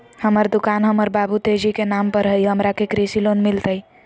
हमर दुकान हमर बाबु तेजी के नाम पर हई, हमरा के कृषि लोन मिलतई?